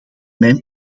mijn